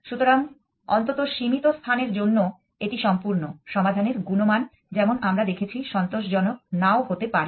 সুতরাং অন্তত সীমিত স্থানের জন্য এটি সম্পূর্ণ সমাধানের গুণমান যেমন আমরা দেখেছি সন্তোষজনক নাও হতে পারে